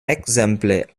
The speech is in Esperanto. ekzemple